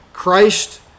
Christ